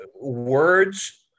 Words